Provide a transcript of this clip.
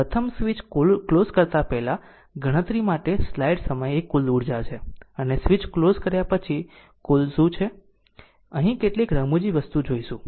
પ્રથમ switch close કરતા પહેલા ગણતરી માટે સ્લાઇડ સમય એ કુલ ઉર્જા છે અને સ્વીચ ક્લોઝ કર્યા પછી કુલ શું છે અહીં કેટલીક રમુજી વસ્તુ જોઈશું